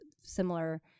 similar